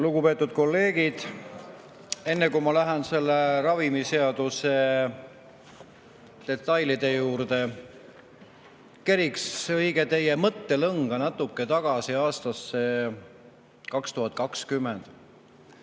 Lugupeetud kolleegid! Enne, kui ma lähen selle ravimiseaduse detailide juurde, keriks õige teie mõttelõnga natuke tagasi aastasse 2020,